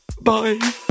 Bye